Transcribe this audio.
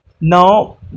now